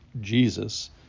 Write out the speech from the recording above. Jesus